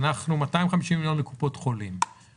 ואנחנו נדרשים לאשר 250 מיליון לקופות חולים.